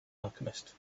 alchemist